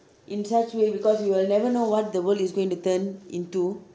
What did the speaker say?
in such way because you will never know what the world is going to turn into